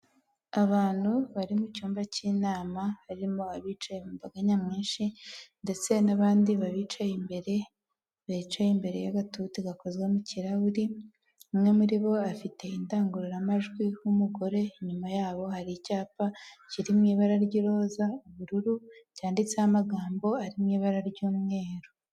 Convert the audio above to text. Abantu bari mu cyumba cy'inama, harimo abicaye mumbaga nyamwinshi ndetse n'abandi ba bicaye imbere bicaye imbere y'agate gakozwemo mu kirahuri, umwe muri bo afite indangururamajwi h'umugore inyuma yaho, hari icyapa kiri mu ibara ry'iroza, ubururu cyanditseho amagambo ari mu ibara ry'umweru.